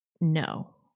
no